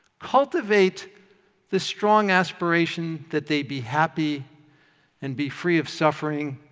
cultivate the strong aspiration that they be happy and be free of suffering,